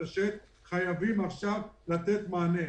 חייבים לתת מענה עכשיו.